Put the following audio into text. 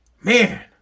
man